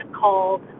called